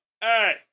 hey